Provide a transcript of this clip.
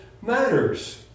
matters